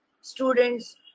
students